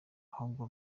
ahubwo